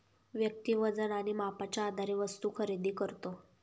व्यक्ती वजन आणि मापाच्या आधारे वस्तू खरेदी करतो